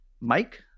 Mike